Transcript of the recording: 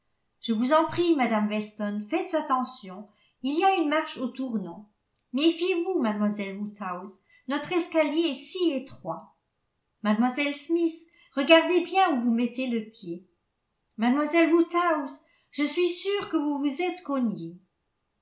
je vous en prie mme weston faites attention il y a une marche au tournant méfiez-vous mlle woodhouse notre escalier est si étroit mlle smith regardez bien où vous mettez le pied mlle woodhouse je suis sûre que vous vous êtes cognée